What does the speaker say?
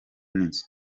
n’inzu